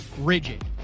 rigid